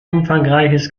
umfangreiches